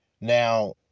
Now